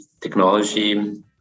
technology